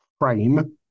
frame